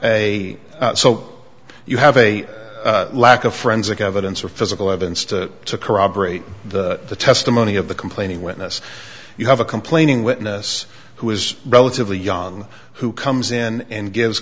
a so you have a lack of friends of evidence or physical evidence to corroborate the testimony of the complaining witness you have a complaining witness who is relatively young who comes in and gives